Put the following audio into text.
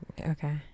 Okay